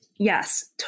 Yes